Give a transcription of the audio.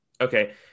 Okay